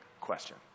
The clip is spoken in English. question